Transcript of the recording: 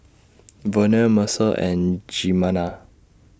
Vonnie Mercer and Jimena